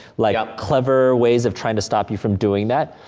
like, um clever ways of trying to stop you from doing that.